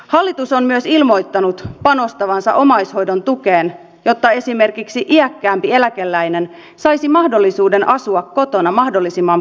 hallitus on myös ilmoittanut panostavansa omaishoidon tukeen jotta esimerkiksi iäkkäämpi eläkeläinen saisi mahdollisuuden asua kotona mahdollisimman pitkään